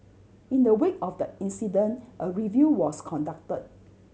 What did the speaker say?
in the wake of the incident a review was conducted